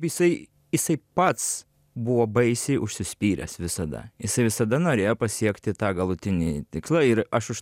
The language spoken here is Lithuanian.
jisai jisai pats buvo baisiai užsispyręs visada jisai visada norėjo pasiekti tą galutinį tikslą ir aš už